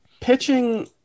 Pitching